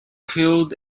killed